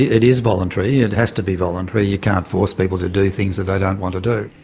it is voluntary, it has to be voluntary, you can't force people to do things that they don't want to do.